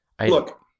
Look